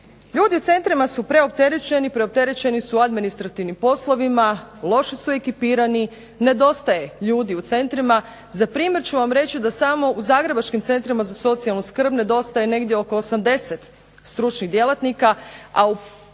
Ljudi u centrima su preopterećeni, preopterećeni su administrativnim poslovima, loše su ekipirani, nedostaje ljudi u centrima, za primjer ću vam reći da samo u zagrebačkim centrima za socijalnu skrb nedostaje negdje oko 80 stručnih djelatnika,